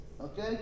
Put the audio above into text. Okay